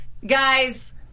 Guys